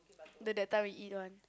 the that time we eat one